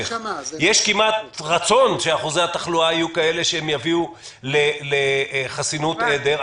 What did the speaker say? יש כמעט רצון שאחוזי התחלואה יהיו כאלה שיביאו לחסינות עדר.